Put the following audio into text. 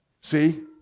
See